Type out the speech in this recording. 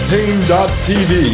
Pain.tv